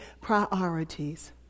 priorities